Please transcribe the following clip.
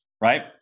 right